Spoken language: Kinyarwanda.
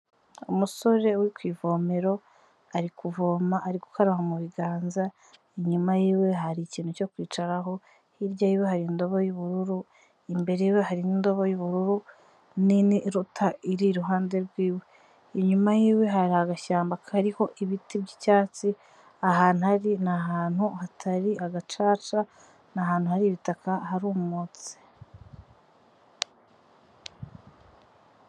Umusore uri ku ivomero, ari kuvoma ari gukaraba mu biganza, inyuma y'iwe hari ikintu cyo kwicaraho, hirya y'iwe hari indobo y'ubururu, imbere y'iwe harimo indobo y'ubururu nini iruta iri iruhande rw'iwe. Inyuma y'iwe hari agashyamba kariho ibiti by'icyatsi, ahantu ari ni ahantu hatari agacaca, ni ahantu hari ibitaka harumutse.